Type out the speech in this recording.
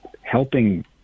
helping